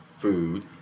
food